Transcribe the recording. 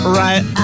right